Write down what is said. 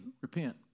repent